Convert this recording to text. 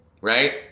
right